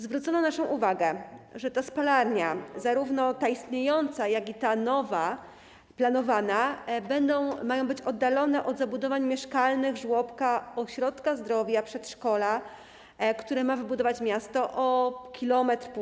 Zwrócono naszą uwagę, że spalarnie, zarówno ta istniejąca, jak i ta nowa, planowana, mają być oddalone od zabudowań mieszkalnych, żłobka, ośrodka zdrowia i przedszkola, które ma wybudować miasto, o 1–1,5 km.